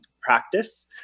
practice